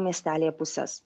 miestelyje puses